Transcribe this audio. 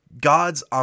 God's